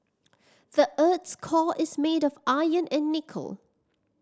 the earth's core is made of iron and nickel